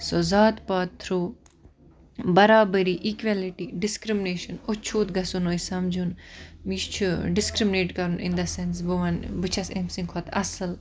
سۅ ذات پات تھرٛوٗ بَرابری ایٖکویلِٹی ڈِسکرٛمنیشَن اچھوٗت گَژھُن ٲسۍ سَمجُن یہِ چھُ ڈِسکرمنیٹ کَرُن اِن دَ سیٚنس بہٕ وَنہٕ بہٕ چھَس امہِ سٕنٛدِ کھۄتہٕ اصٕل